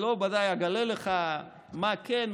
אני בוודאי לא אגלה לך מה כן,